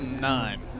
nine